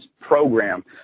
Program